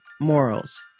morals